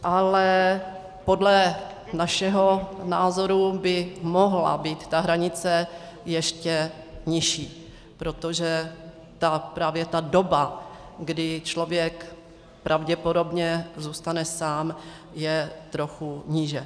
Ale podle našeho názoru by mohla být ta hranice ještě nižší, protože právě ta doba, kdy člověk pravděpodobně zůstane sám, je trochu níže.